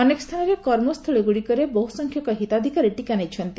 ଅନେକ ସ୍ଥାନରେ କର୍ମସ୍ଥଳୀଗୁଡିକରେ ବହୁସଂଖ୍ୟକ ହିତାଧିକାରୀ ଟିକା ନେଇଛନ୍ତି